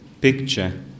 picture